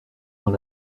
dans